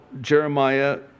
Jeremiah